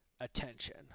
attention